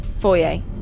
foyer